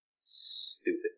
Stupid